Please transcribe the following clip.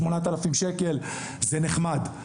שמונת אלפים שקל זה נחמד.